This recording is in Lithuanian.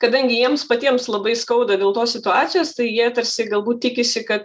kadangi jiems patiems labai skauda dėl tos situacijos tai jie tarsi galbūt tikisi kad